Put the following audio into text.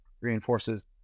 reinforces